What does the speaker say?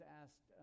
asked